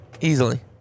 easily